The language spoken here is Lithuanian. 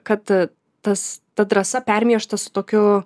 kad tas ta drąsa permiešta su tokiu